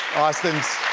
austin's